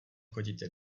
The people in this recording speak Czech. chodíte